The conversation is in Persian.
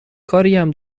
کاریم